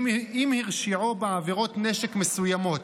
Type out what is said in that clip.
אם הרשיעו בעבירות נשק מסוימות,